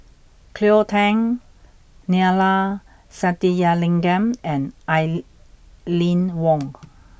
Cleo Thang Neila Sathyalingam and Aline Wong